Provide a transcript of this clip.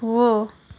हो